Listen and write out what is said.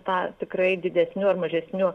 tą tikrai didesniu ar mažesniu